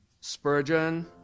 Spurgeon